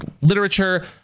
literature